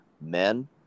men